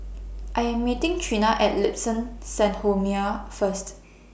I Am meeting Treena At Liuxun Sanhemiao First